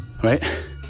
Right